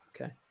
Okay